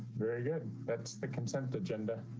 very good. that's the consent agenda.